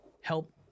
help